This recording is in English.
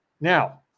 Now